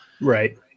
Right